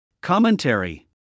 Commentary